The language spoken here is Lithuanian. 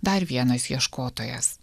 dar vienas ieškotojas